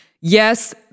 yes